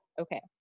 Okay